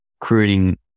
creating